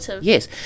Yes